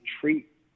treat